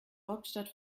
hauptstadt